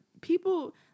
people